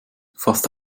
fast